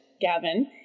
Gavin